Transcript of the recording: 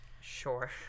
Sure